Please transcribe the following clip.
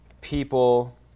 people